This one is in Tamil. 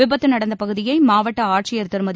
விபத்து நடந்த பகுதியை மாவட்ட ஆட்சியர் திருமதி